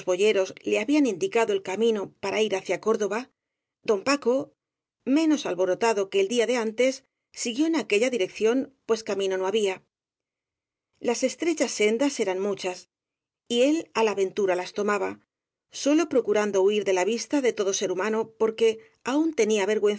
le habían indicado el camino para ir hacia córdoba don paco menos alborota do que el día antes siguió en aquella dirección pues camino no había las estrechas sendas eran muchas y él á la ventura las tomaba sólo procu rando huir de la vista de todo ser humano porque aun tenía vergüenza